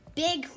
big